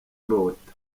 urota